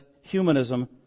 humanism